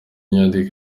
nyandiko